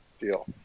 Deal